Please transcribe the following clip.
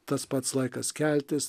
tas pats laikas keltis